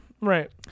right